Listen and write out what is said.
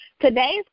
Today's